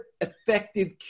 effective